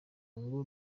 ngo